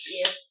Yes